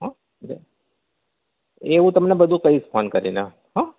હો એ હું તમને બધું કહીશ ફોન કરી ને હ